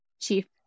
chief